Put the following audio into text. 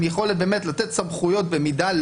עם יכולת לתת סמכויות במידה,